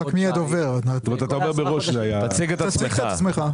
תציג את עצמך.